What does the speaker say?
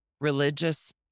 religious